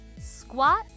Squat